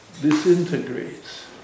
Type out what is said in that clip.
disintegrates